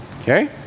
okay